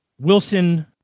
Wilson